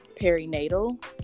perinatal